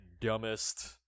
dumbest